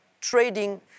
trading